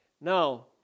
Now